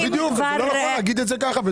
אתה לא יכול להגיד את זה כך.